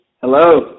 Hello